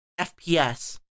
FPS